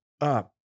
up